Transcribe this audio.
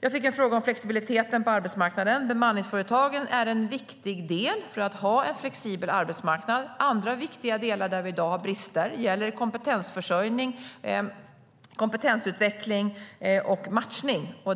Jag fick en fråga om flexibiliteten på arbetsmarknaden. Bemanningsföretagen är en viktig del för att kunna ha en flexibel arbetsmarknad. Andra viktiga delar där vi i dag har brister gäller kompetensförsörjning, kompetensutveckling och matchning.